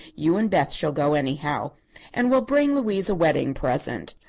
you and beth shall go anyhow and we'll bring louise a wedding present.